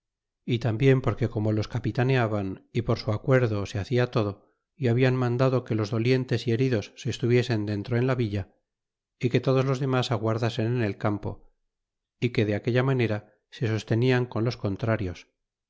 y tambien porque como los capitaneaban é por su acuerdo se hacia todo é hablan mandado que los dolientes y heridos se estuviesen dentro en la villa y que todos los demas aguardasen en el campo y que de aquella manera se sostenian con los contrarios